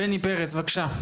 בני פרץ, בבקשה.